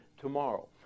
tomorrow